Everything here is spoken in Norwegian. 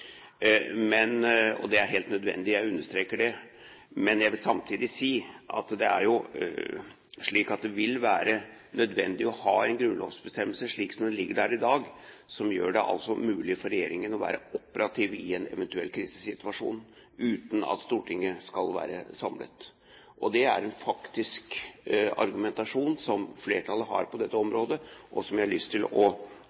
Det er helt nødvendig, jeg understreker det, men jeg vil samtidig si at det er jo slik at det vil være nødvendig å ha en grunnlovsbestemmelse, slik den ligger i dag, som gjør det mulig for regjeringen å være operativ i en eventuell krisesituasjon, uten at Stortinget skal være samlet. Det er en faktisk argumentasjon som flertallet har på dette